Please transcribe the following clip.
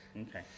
Okay